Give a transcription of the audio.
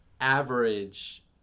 average